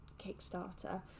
Kickstarter